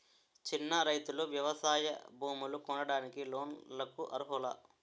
చిన్న రైతులు వ్యవసాయ భూములు కొనడానికి లోన్ లకు అర్హులా?